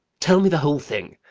tell me the whole thing.